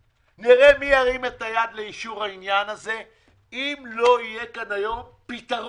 נראה מי ירים את היד לאישור העניין הזה אם לא יהיה כאן היום פתרון.